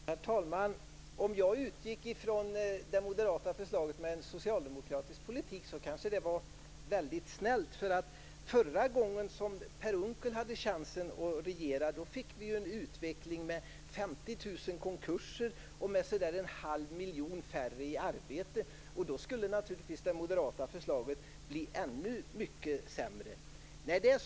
Herr talman! Om jag utgick ifrån det moderata förslaget med en socialdemokratisk politik kanske det var väldigt snällt. Förra gången Per Unckel hade chansen att regera fick vi nämligen en utveckling med 50 000 konkurser och med så där en halv miljon färre i arbete. Då skulle naturligtvis det moderata förslaget bli ännu mycket sämre. Per Unckel!